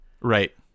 Right